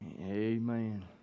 Amen